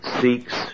seeks